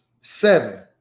seven